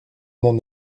mon